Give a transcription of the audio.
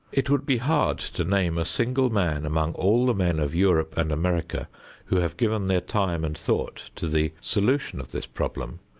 it would be hard to name a single man among all the men of europe and america who have given their time and thought to the solution of this problem,